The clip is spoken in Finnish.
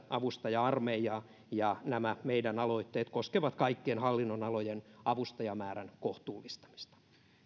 avustaja armeijaa ja nämä meidän aloitteemme koskevat kaikkien hallinnonalojen avustajamäärän kohtuullistamista